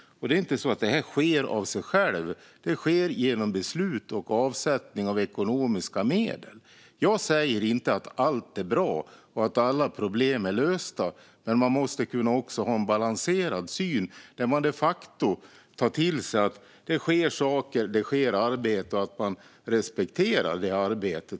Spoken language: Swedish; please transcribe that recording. Det är inte heller så att det här sker av sig självt, utan det sker genom beslut och avsättning av ekonomiska medel. Jag säger inte att allt är bra och att alla problem är lösta, men man måste kunna ha en balanserad syn där man de facto tar till sig att det sker saker och att arbete utförs. Man måste också kunna respektera detta arbete.